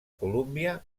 colúmbia